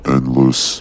Endless